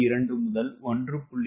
2 முதல் 1